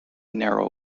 narrow